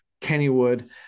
Kennywood